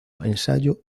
ensayo